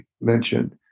mentioned